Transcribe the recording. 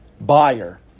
buyer